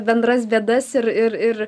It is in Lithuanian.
bendras bėdas ir ir ir